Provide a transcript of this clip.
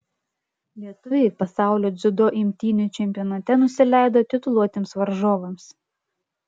lietuviai pasaulio dziudo imtynių čempionate nusileido tituluotiems varžovams